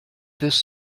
this